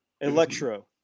Electro